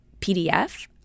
PDF